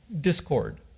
discord